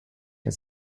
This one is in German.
der